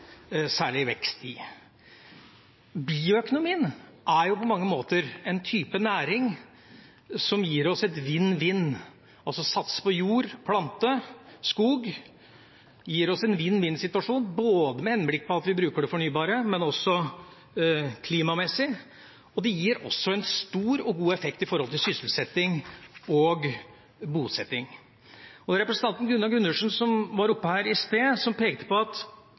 særlig vekst i. Bioøkonomien – satsing på jord, plante, skog – er på mange måter en type næring som gir oss en vinn-vinn-situasjon, både med henblikk på at vi bruker det fornybare, men også klimamessig. Og det gir også stor og god effekt for sysselsetting og bosetting. Det var representanten Gunnar Gundersen som var oppe her i sted og pekte på at